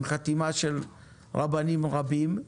עם חתימה של רבנים רבים.